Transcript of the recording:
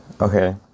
Okay